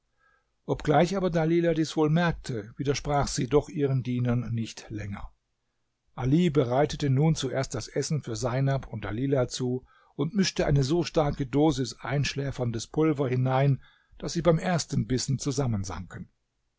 obgleich aber dalilah dies wohl merkte widersprach sie doch ihren dienern nicht länger ali bereitete nun zuerst das essen für seinab und dalilah zu und mischte eine so starke dosis einschläferndes pulver hinein daß sie beim ersten bissen